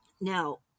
Now